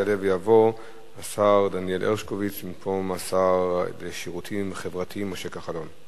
יעלה ויבוא השר דניאל הרשקוביץ במקום השר לשירותים חברתיים משה כחלון.